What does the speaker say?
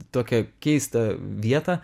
tokią keistą vietą